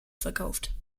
verkauft